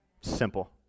Simple